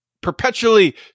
perpetually